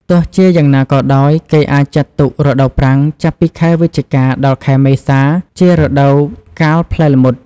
ទោះជាយ៉ាងណាក៏ដោយ គេអាចចាត់ទុក រដូវប្រាំង ចាប់ពីខែវិច្ឆិកា ដល់ខែមេសា ជារដូវកាលផ្លែល្មុត។